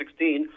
2016